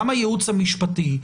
גם הייעוץ המשפטי,